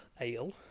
ale